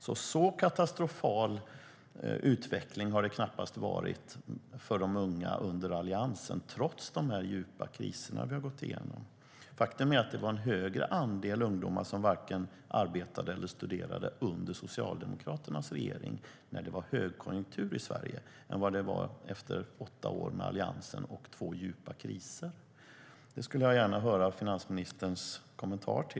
Därför har det knappast varit en så katastrofal utveckling för de unga under Alliansens tid i regeringen, trots de djupa kriser som vi har gått igenom. Faktum är att det var en större andel ungdomar som varken arbetade eller studerade under Socialdemokraternas regeringstid, när det var högkonjunktur i Sverige, än det var efter åtta år med Alliansen och två djupa kriser. Jag skulle gärna vilja höra finansministern kommentera det.